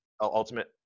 ultimate